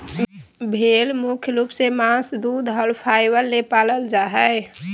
भेड़ मुख्य रूप से मांस दूध और फाइबर ले पालल जा हइ